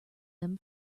them